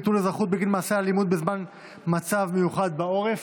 ביטול אזרחות בגין מעשה אלימות בזמן מצב מיוחד בעורף),